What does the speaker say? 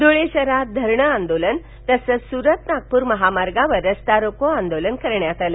धुळे शहरात धरणं आंदोलन तसंच सुरत नागपूर महामार्गावर रास्तारोको आंदोलन करण्यात आलं